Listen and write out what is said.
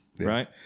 Right